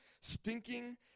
stinking